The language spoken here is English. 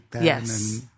yes